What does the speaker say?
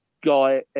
guy